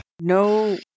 No